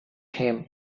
him